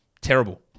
terrible